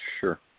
Sure